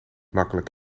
makkelijk